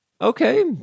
Okay